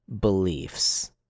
beliefs